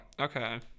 Okay